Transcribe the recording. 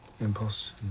impulse